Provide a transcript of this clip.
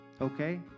Okay